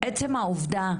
שעצם העובדה,